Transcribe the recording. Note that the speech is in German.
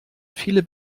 viele